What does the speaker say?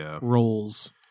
roles